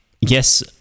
Yes